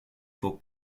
for